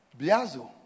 Biazo